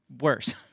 worse